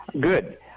Good